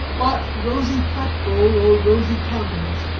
but rosy pipe-bowl, or rosy countenance,